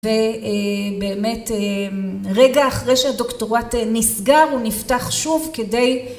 ובאמת רגע אחרי שהדוקטורט נסגר הוא נפתח שוב כדי